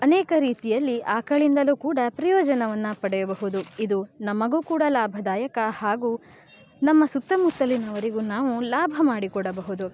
ಅನೇಕ ರೀತಿಯಲ್ಲಿ ಆಕಳಿಂದಲೂ ಕೂಡ ಪ್ರಯೋಜನವನ್ನು ಪಡೆಯಬಹುದು ಇದು ನಮಗೂ ಕೂಡ ಲಾಭದಾಯಕ ಹಾಗೂ ನಮ್ಮ ಸುತ್ತಮುತ್ತಲಿನವರಿಗೂ ನಾವು ಲಾಭ ಮಾಡಿ ಕೊಡಬಹುದು